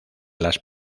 las